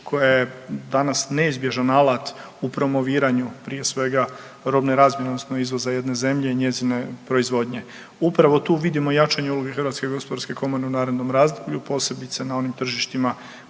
koja je danas neizbježan alat u promoviranju prije svega robne razmjene odnosno izvoza jedne zemlje i njezine proizvodnje. Upravo tu vidimo jačanje HGK u narednom razdoblju posebice na onim tržištima